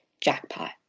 jackpot